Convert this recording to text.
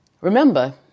Remember